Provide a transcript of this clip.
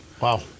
wow